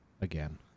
again